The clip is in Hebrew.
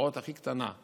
האות הכי קטנה,